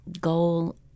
goal